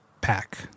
Pack